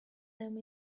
them